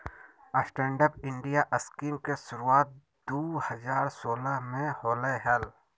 stand up India scheme के शुरुआत दू हज़ार सोलह में होलय हल